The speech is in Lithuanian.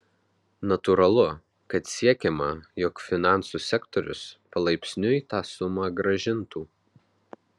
natūralu kad siekiama jog finansų sektorius palaipsniui tą sumą grąžintų